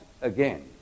again